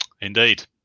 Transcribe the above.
Indeed